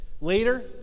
Later